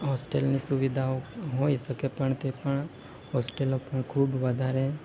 હોસ્ટેલની સુવિધાઓ હોઈ શકે પણ તે પણ હોસ્ટેલો પણ ખૂબ વધારે